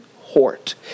Hort